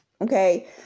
Okay